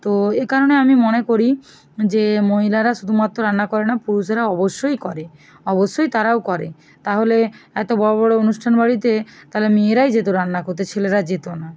তো এই কারণে আমি মনে করি যে মহিলারা শুধুমাত্র রান্না করে না পুরুষেরা অবশ্যই করে অবশ্যই তারাও করে তাহলে এত বড়ো বড়ো অনুষ্ঠান বাড়িতে তালে মেয়েরাই যেত রান্না করতে ছেলেরা যেত না